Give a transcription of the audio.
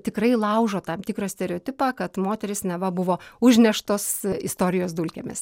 tikrai laužo tam tikrą stereotipą kad moterys neva buvo užneštos istorijos dulkėmis